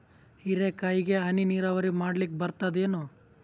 ಹೀರೆಕಾಯಿಗೆ ಹನಿ ನೀರಾವರಿ ಮಾಡ್ಲಿಕ್ ಬರ್ತದ ಏನು?